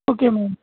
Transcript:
okay ma'am